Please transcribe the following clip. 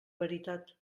veritat